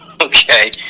Okay